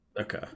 Okay